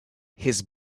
his